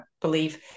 believe